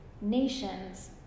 nations